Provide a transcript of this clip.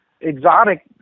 exotic